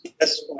Yes